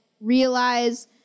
realize